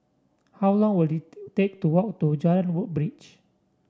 how long will it to take to walk to Jalan Woodbridge